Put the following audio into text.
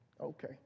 Okay